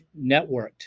networked